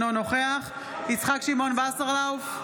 אינו נוכח יצחק שמעון וסרלאוף,